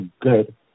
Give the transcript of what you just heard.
good